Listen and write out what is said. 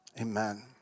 Amen